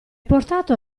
portato